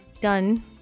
done